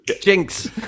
Jinx